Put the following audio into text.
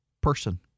person